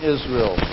Israel